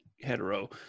hetero